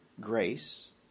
grace